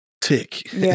tick